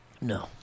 No